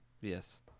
yes